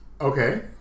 Okay